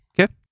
Okay